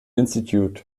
institute